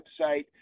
website